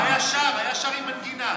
היה שר, היה שר עם מנגינה.